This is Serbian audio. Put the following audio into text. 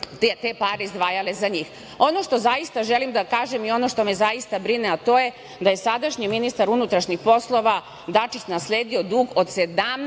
te pare izdvajale za njih. Ono što zaista želim da kažem i ono što me zaista brine, a to je da je sadašnji ministar unutrašnjih poslova Dačić nasledio dug od 17